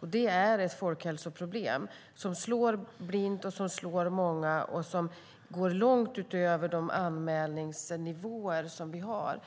och det är ett folkhälsoproblem. Det slår blint, och det slår många. Det går långt utöver de anmälningsnivåer som vi har.